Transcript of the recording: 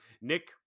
Nick